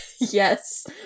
Yes